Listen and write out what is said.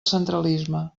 centralisme